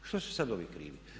Što su sada ovi krivi?